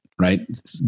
right